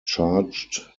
charged